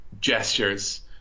gestures